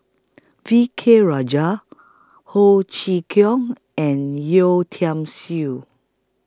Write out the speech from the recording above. V K Rajah Ho Chee Kong and Yeo Tiam Siew